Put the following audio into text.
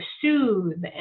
soothe